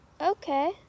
okay